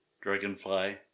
Dragonfly